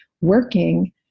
working